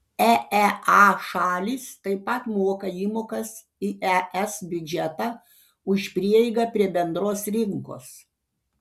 eea šalys taip pat moka įmokas į es biudžetą už prieigą prie bendros rinkos